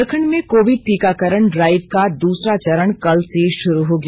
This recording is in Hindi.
झारखंड में कोविड टीकाकरण ड्राइव का दूसरा चरण कल से शुरू हो गया